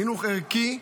חינוך ערכי.